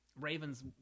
Raven's